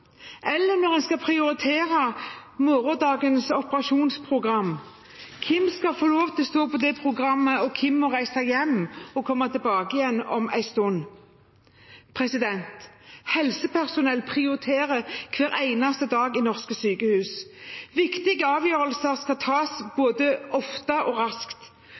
Eller når en skal prioritere morgendagens operasjonsprogram: Hvem skal få lov til å stå på det programmet, og hvem må reise hjem og komme tilbake igjen om en stund? Helsepersonell prioriterer hver eneste dag i norske sykehus. Viktige avgjørelser skal tas både ofte og raskt.